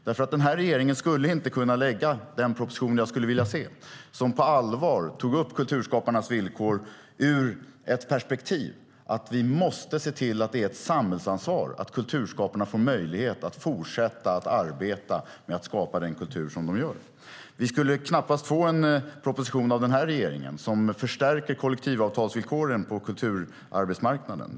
Denna regering skulle inte kunna lägga fram den proposition jag skulle vilja se - en proposition där man på allvar tar upp kulturskaparnas villkor ur perspektivet att vi måste se till att det är ett samhällsansvar att kulturskaparna får möjlighet att fortsätta att arbeta med att skapa den kultur som de gör. Vi skulle knappast få en proposition av den här regeringen som stärker kollektivavtalsvillkoren på kulturarbetsmarknaden.